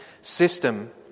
system